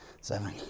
seven